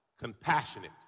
compassionate